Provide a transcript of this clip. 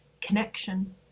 connection